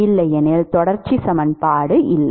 இல்லையெனில் தொடர்ச்சி சமன்பாடு இல்லை